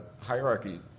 hierarchy